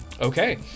Okay